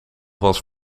was